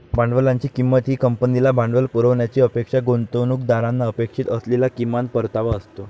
भांडवलाची किंमत ही कंपनीला भांडवल पुरवण्याची अपेक्षा गुंतवणूकदारांना अपेक्षित असलेला किमान परतावा असतो